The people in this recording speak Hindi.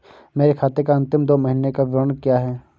मेरे खाते का अंतिम दो महीने का विवरण क्या है?